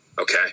Okay